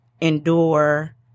endure